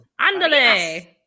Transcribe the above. andale